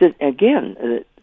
again